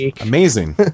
amazing